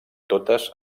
totes